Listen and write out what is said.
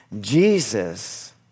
Jesus